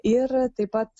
ir taip pat